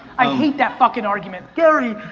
i hate that fucking argument. gary,